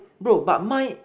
bro but mine